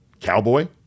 cowboy